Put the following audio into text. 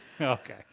Okay